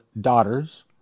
daughters